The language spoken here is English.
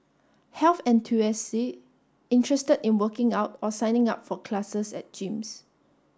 health interested in working out or signing up for classes at gyms